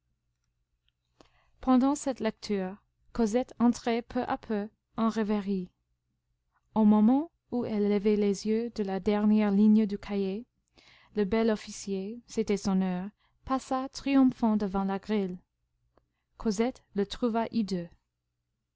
pendant cette lecture cosette entrait peu à peu en rêverie au moment où elle levait les yeux de la dernière ligne du cahier le bel officier c'était son heure passa triomphant devant la grille cosette le trouva hideux